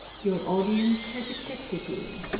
your audience has accepted you.